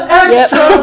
extra